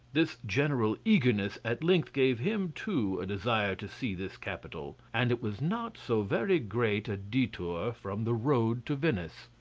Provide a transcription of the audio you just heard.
this general eagerness at length gave him, too, a desire to see this capital and it was not so very great a detour from the road to venice.